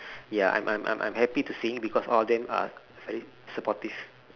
ya I'm I'm I'm I'm happy to sing because all of them are very supportive